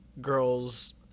girls